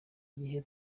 gihe